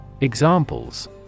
Examples